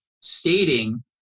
stating